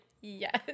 yes